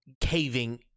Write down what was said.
caving